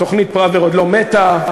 תוכנית פראוור עוד לא מתה.